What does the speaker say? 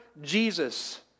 Jesus